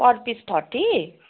per piece thirty